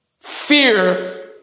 Fear